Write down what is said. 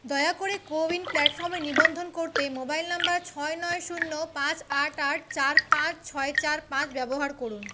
দয়া করে কো উইন প্ল্যাটফর্মে নিবন্ধন করতে নম্বর ছয় নয় শূন্য পাঁচ আট আট চার পাঁচ ছয় চার পাঁচ ব্যবহার করুন